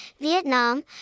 Vietnam